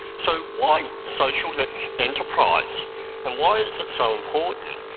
so, why social enterprise and why is it so important?